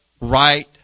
right